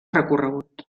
recorregut